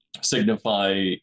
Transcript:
signify